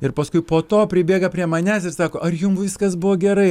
ir paskui po to pribėga prie manęs ir sako ar jum viskas buvo gerai